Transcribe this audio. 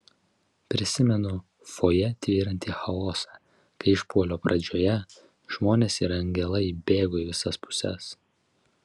prisimenu fojė tvyrantį chaosą kai išpuolio pradžioje žmonės ir angelai bėgo į visas puses